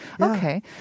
Okay